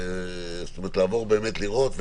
זאת אומרת, לעבור באמת לראות.